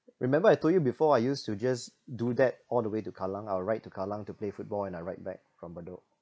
remember I told you before I used to just do that all the way to kallang I'll ride to kallang to play football and I ride back from bedok